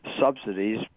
subsidies